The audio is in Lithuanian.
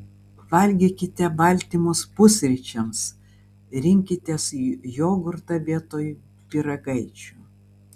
valgykite baltymus pusryčiams rinkitės jogurtą vietoj pyragaičių